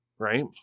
Right